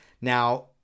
Now